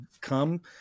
come